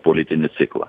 politinį ciklą